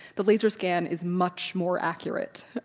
the laser scan is much more accurate.